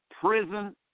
prison